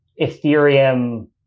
Ethereum